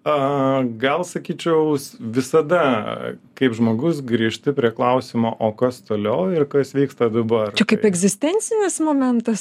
gal sakyčiau visada kaip žmogus grįžti prie klausimo o kas toliau ir kas vyksta dabar čia kaip egzistencinis momentas